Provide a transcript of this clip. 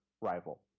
rival